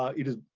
is,